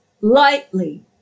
lightly